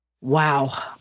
Wow